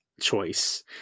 choice